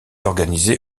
organisé